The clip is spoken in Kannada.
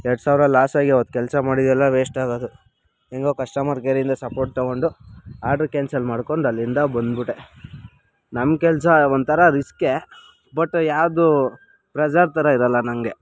ಎರಡು ಸಾವಿರ ಲಾಸ್ ಆಗಿ ಆವತ್ತು ಕೆಲಸ ಮಾಡಿದ್ದು ಎಲ್ಲ ವೇಸ್ಟ್ ಆಗೋದು ಹೆಂಗೋ ಕಸ್ಟಮರ್ ಕೇರಿಂದ ಸಪೋರ್ಟ್ ತಗೊಂಡು ಆಡ್ರು ಕ್ಯಾನ್ಸಲ್ ಮಾಡ್ಕೊಂಡು ಅಲ್ಲಿಂದ ಬಂದ್ಬಿಟ್ಟೆ ನಮ್ಮ ಕೆಲಸ ಒಂಥರ ರಿಸ್ಕೇ ಬಟ್ ಯಾವುದೂ ಪ್ರೆಸರ್ ಥರ ಇರೋಲ್ಲ ನನಗೆ